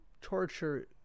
torture